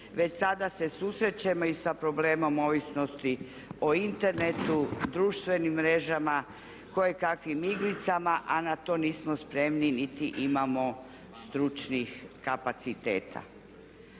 Već sada se susrećemo i sa problemom ovisnosti o internetu, društvenim mrežama, kojekakvim igricama a na to nismo spremni niti imamo stručnih kapaciteta.